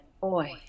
Boy